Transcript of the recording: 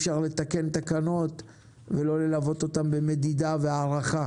אפשר לתקן תקנות ולא ללוות אותן במדידה ובהערכה.